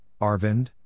Arvind